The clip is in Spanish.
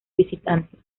visitantes